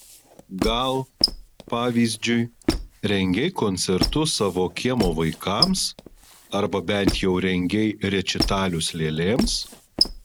gal pavyzdžiui rengei koncertus savo kiemo vaikams arba bent jau rengei rečitalius lėlėms